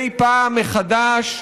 גברתי היושבת-ראש,